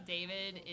David